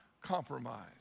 compromise